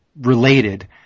related